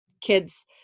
kids